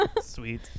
Sweet